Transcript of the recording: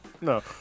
No